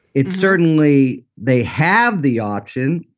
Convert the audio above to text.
it certainly they have the option.